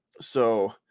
So-